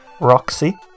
Roxy